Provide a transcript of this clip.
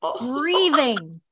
Breathing